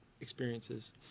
experiences